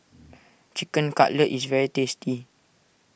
Chicken Cutlet is very tasty